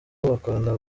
bakorana